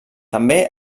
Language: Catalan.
també